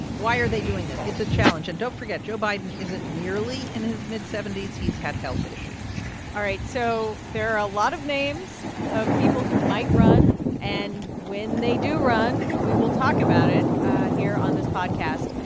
why are they doing this? it's a challenge. and don't forget joe biden isn't merely in his mid seventy s. he's had health issues all right. so there are a lot of names of people who might run. and when they do run, we will talk about it here on this podcast.